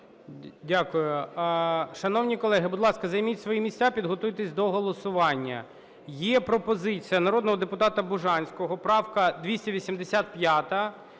Дякую. Шановні колеги, будь ласка, займіть свої місця підготуйтесь до голосування. Є пропозиція народного депутата Бужанського, правка 285,